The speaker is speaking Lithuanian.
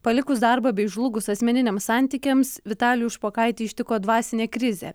palikus darbą bei žlugus asmeniniams santykiams vitalijų špokaitį ištiko dvasinė krizė